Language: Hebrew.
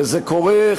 וזה קורה,